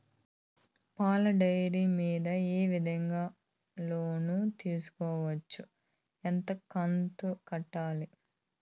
పాల డైరీ మీద ఏ విధంగా లోను తీసుకోవచ్చు? ఎంత కంతు కట్టాలి?